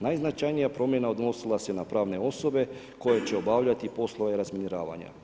Najznačajnija promjena odnosila se na pravne osobe koje obavljati poslove razminiravanja.